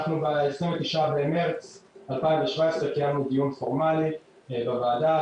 אנחנו ב-29 במארס 2017 קיימנו דיון פורמלי בוועדה,